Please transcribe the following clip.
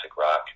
rock